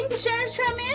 shares trapped